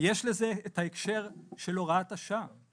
יש לזה את ההקשר של הוראת השעה.